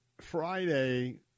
Friday